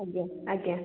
ଆଜ୍ଞା ଆଜ୍ଞା